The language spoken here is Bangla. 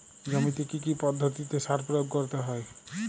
জমিতে কী কী পদ্ধতিতে সার প্রয়োগ করতে হয়?